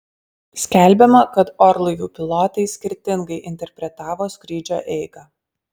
skelbiama kad orlaivių pilotai skirtingai interpretavo skrydžio eigą